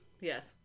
Yes